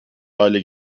hale